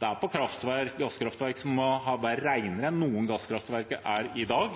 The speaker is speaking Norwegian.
Det er på gasskraftverk som må være renere enn noen gasskraftverk er i dag,